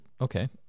Okay